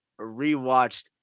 rewatched